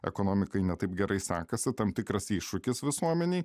ekonomikai ne taip gerai sekasi tam tikras iššūkis visuomenei